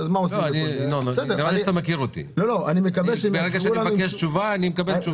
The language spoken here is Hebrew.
כשאני מבקש תשובה, אני מקבל.